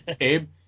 Abe